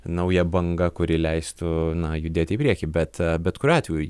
nauja banga kuri leistų na judėti į priekį bet bet kuriuo atveju